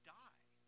die